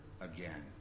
again